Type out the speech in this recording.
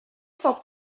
sont